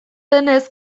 denez